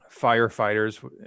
firefighters